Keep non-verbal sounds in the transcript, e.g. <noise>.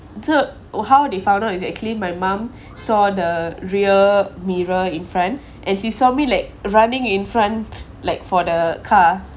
so oh how they found out is actually my mom <breath> saw the rear mirror in front and she saw me like running in front like for the car